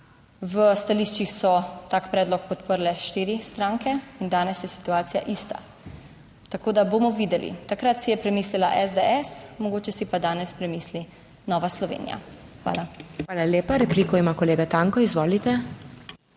V stališčih so tak predlog podprle štiri stranke in danes je situacija ista, tako da bomo videli. Takrat si je premislila SDS, mogoče si pa danes premisli Nova Slovenija. Hvala. **PODPREDSEDNICA MAG. MEIRA HOT:** Hvala lepa. Repliko ima kolega Tanko, izvolite.